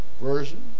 Version